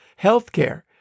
healthcare